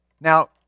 Now